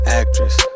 actress